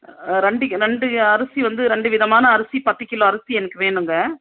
ரெண்டு கி ரெண்டு அரிசி வந்து ரெண்டு விதமான அரிசி பத்து கிலோ அரிசி எனக்கு வேணுங்க